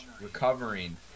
recovering